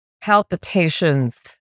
palpitations